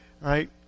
right